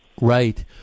Right